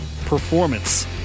performance